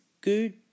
Good